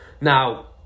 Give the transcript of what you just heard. Now